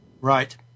Right